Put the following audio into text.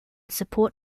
support